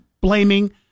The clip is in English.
blaming